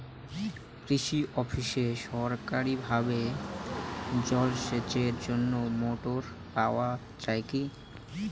কৃষি অফিসে সরকারিভাবে জল সেচের জন্য মোটর পাওয়া যায় কি?